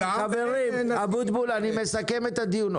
חברים, אני מסכם את הדיון.